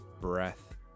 breath